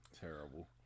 terrible